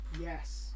Yes